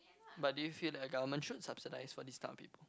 but do you feel that government should subsidise for this type of people